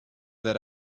that